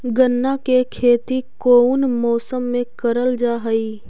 गन्ना के खेती कोउन मौसम मे करल जा हई?